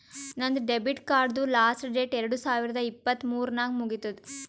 ನಂದ್ ಡೆಬಿಟ್ ಕಾರ್ಡ್ದು last date ಎರಡು ಸಾವಿರದ ಇಪ್ಪತ್ ಮೂರ್ ನಾಗ್ ಮುಗಿತ್ತುದ್